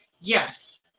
yes